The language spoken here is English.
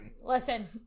Listen